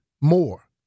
more